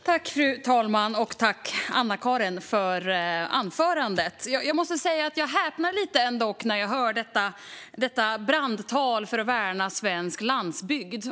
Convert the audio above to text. Fru talman! Tack, Anna-Caren, för anförandet! Jag måste dock säga att jag häpnar lite när jag hör detta brandtal för att värna svensk landsbygd.